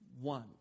One